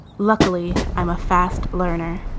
luckily, i'm a fast learner